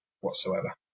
whatsoever